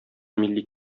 милли